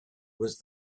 was